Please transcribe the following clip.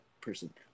person